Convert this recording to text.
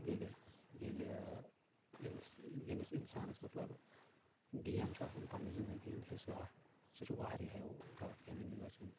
ییٚلہِ ییٚلہِ انس ییٚمِس انسانس مطلب گیم چھِ آسان پننہِ زندگی ہُنٛد حصہٕ اکھ سُہ چھُ واریہو غلظ کامیو نِش بچان